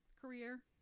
career